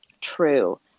true